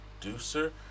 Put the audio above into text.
producer